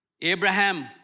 Abraham